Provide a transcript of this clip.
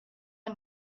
and